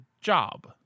job